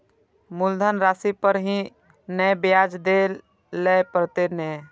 मुलधन राशि पर ही नै ब्याज दै लै परतें ने?